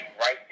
right